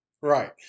Right